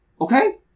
Okay